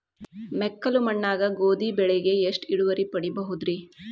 ಮೆಕ್ಕಲು ಮಣ್ಣಾಗ ಗೋಧಿ ಬೆಳಿಗೆ ಎಷ್ಟ ಇಳುವರಿ ಪಡಿಬಹುದ್ರಿ?